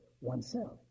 oneself